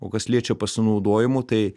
o kas liečia pasinaudojimu tai